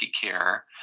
care